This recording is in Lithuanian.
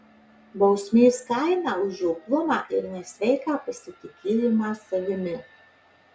bausmės kaina už žioplumą ir nesveiką pasitikėjimą savimi